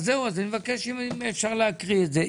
אז זהו, אני מבקש אם אפשר להקריא את זה.